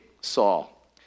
Saul